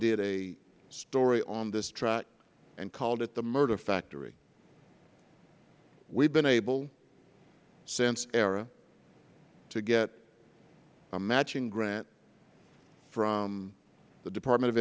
did a story on this track and called it the murder factory we have been able since arra to get a matching grant from the department of